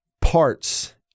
parts